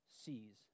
sees